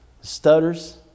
stutters